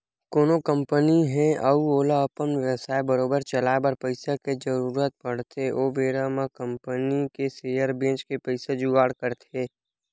कोनो कंपनी हे अउ ओला अपन बेवसाय बरोबर चलाए बर पइसा के जरुरत पड़थे ओ बेरा अपन कंपनी के सेयर बेंच के पइसा जुगाड़ करथे